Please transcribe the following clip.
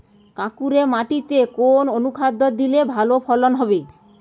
কাঁকুরে মাটিতে কোন অনুখাদ্য দিলে ভালো ফলন হবে?